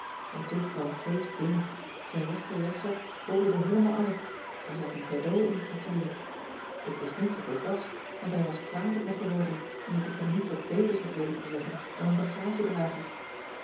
en toen kwam kees binnen zijn rechterjaszak bobbelde heelemaal uit daar zat een cadeau in natuurlijk ik wist niet wat het was want hij was kwaad op me geworden omdat ik hem niet wat beters had weten te zeggen dan een